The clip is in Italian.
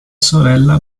sorella